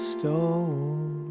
Stole